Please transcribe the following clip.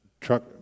truck